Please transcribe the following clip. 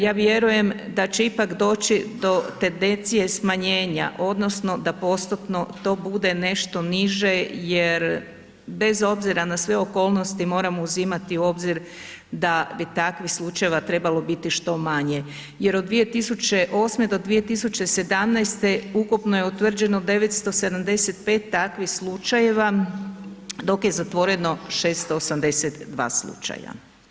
Ja vjerujem da će ipak doći do tendencije smanjenja odnosno da postotno to bude nešto niže jer bez obzira na sve okolnosti, moramo uzimati u obzir da bi takvih slučajeva trebalo biti što manje, jer od 2008. do 2017. ukupno je utvrđeno 975 takvih slučajeva, dok je zatvoreno 682 slučaja.